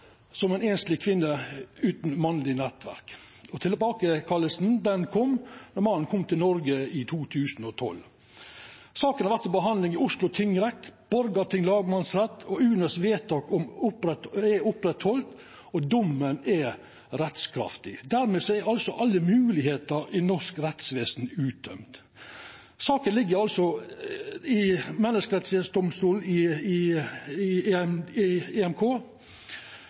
einsleg kvinne utan mannleg nettverk. Tilbakekallinga kom då mannen kom til Noreg i 2012. Saka har vore til behandling i Oslo tingrett og i Borgarting lagmannsrett. Vedtaket frå UNE står fast, og domen er rettskraftig. Dermed er altså alle moglegheiter i norsk rettsvesen uttømt. Saka ligg no i